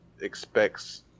expects